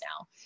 now